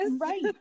Right